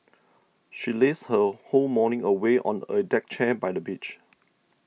she lazed her whole morning away on a deck chair by the beach